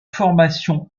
formation